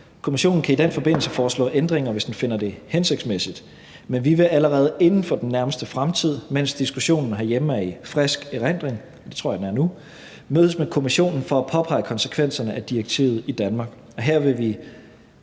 Kommissionen kan i den forbindelse foreslå ændringer, hvis den finder det hensigtsmæssigt, men vi vil allerede inden for den nærmeste fremtid, mens diskussionen herhjemme er i frisk erindring – og det tror jeg den er nu – mødes med Kommissionen for at påpege konsekvenserne af direktivet i Danmark, og her vil vi